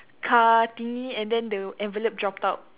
car thingy and then the envelope dropped out